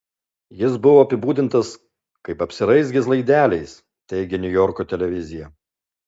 jis buvo apibūdintas kaip apsiraizgęs laideliais teigia niujorko televizija